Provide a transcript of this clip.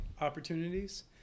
opportunities